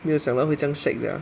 没有想到会这样 shag sia